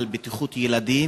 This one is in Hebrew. על בטיחות ילדים,